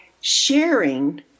sharing